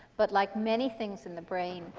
but like many things in the brain,